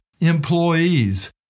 employees